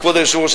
כבוד היושב-ראש,